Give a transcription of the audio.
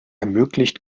ermöglicht